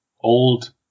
old